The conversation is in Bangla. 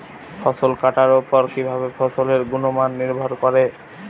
ফসল কাটার উপর কিভাবে ফসলের গুণমান নির্ভর করে?